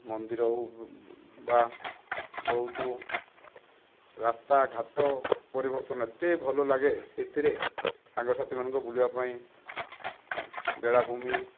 ମନ୍ଦିର ହେଉ ବା ବହୁତ ରାସ୍ତାଘାଟ ପରିବର୍ତ୍ତନ ଏତେ ଭଲ ଲାଗେ ସେଥିରେ ସାଙ୍ଗସାଥିମାନଙ୍କୁ ବୁଲିବା ପାଇଁ ବେଳାଭୂମି